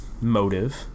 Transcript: motive